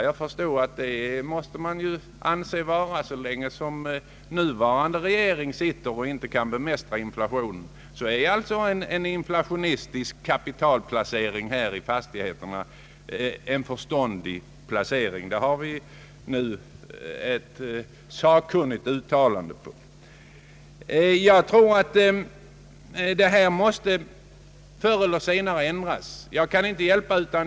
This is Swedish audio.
Ja, så länge den nuvarande regeringen sitter och inte kan bemästra inflationen så måste en inflationistisk kapitalplacering i fastigheter sägas vara en förståndig placering. Det har sakkunskapen nu uttalat. Förr eller senare måste dessa förhål landen ändras.